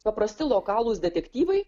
paprasti lokalūs detektyvai